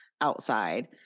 outside